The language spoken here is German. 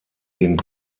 den